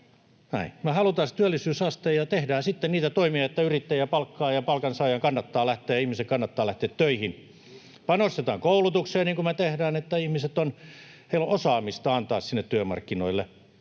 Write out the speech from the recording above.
Me halutaan se työllisyysaste, ja tehdään sitten niitä toimia, että yrittäjä palkkaa ja ihmisen kannattaa lähteä töihin. Panostetaan koulutukseen, niin kuin me tehdään, jotta ihmisillä on osaamista antaa työmarkkinoille.